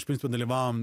iš principo dalyvavom